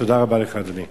תודה רבה לך, אדוני.